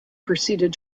proceeded